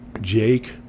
Jake